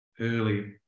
early